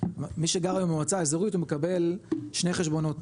מי שגר היום המועצה האזורית הוא מקבל שני חשבונות